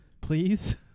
please